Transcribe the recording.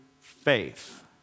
faith